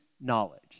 knowledge